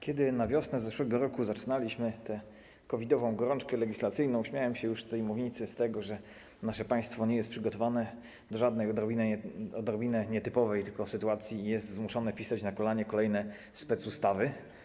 Kiedy na wiosnę zeszłego roku zaczynaliśmy tę COVID-ową gorączkę legislacyjną, śmiałem się z tej mównicy z tego, że nasze państwo nie jest przygotowane na żadną odrobinę nietypową sytuację i jest zmuszone pisać na kolanie kolejne specustawy.